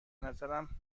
نظرم